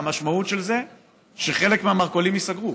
המשמעות של זה שחלק מהמרכולים ייסגרו.